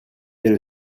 elle